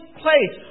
place